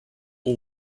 all